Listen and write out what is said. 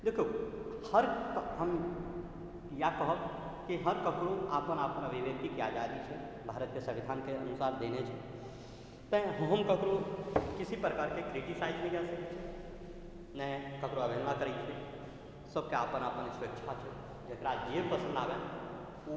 देखिऔ हर हम इएह कहब कि हर ककरो अपन आत्म अभिव्यक्तिके आजादी भारतके संविधानके अनुसार देने छै तेँ हम ककरो किसी प्रकारके क्रिटिसाइज नहि कऽ सकै छी नहि ककरो अवहेलना करी सबके अपन अपन स्वेच्छा छै जकरा जे पसन्द आबै ओ